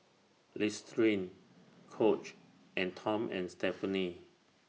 Listerine Coach and Tom and Stephanie